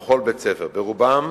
בכל בית-ספר, ברובם